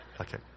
Okay